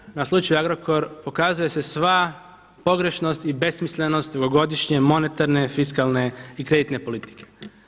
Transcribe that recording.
Također na slučaju Agrokor pokazuje se sva pogrešnost i besmislenost dvogodišnje monetarne fiskalne i kreditne politike.